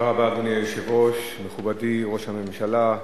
אדוני היושב-ראש, תודה רבה, מכובדי ראש הממשלה,